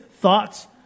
thoughts